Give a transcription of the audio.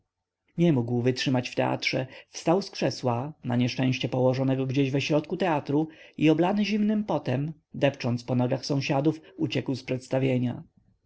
nie mógł wytrzymać w teatrze wstał z krzesła na nieszczęście położonego gdzieś we środku teatru i oblany zimnym potem depcząc po nogach sąsiadów uciekł z przedstawienia